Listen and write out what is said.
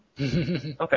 Okay